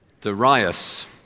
Darius